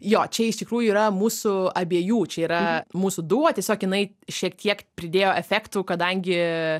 jo čia iš tikrųjų yra mūsų abiejų čia yra mūsų duo tiesiog jinai šiek tiek pridėjo efektų kadangi